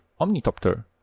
omnitopter